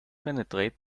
penetrate